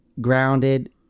grounded